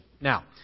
Now